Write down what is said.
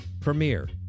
premiere